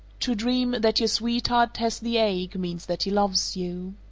to dream that your sweetheart has the ague means that he loves you.